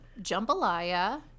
jambalaya